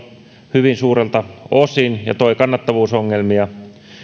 hyvin suurelta osin ja toi kannattavuusongelmia